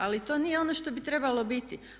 Ali to nije ono što bi trebalo biti.